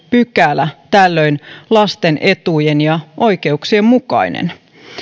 pykälä tällöin lasten etujen ja oikeuksien mukainen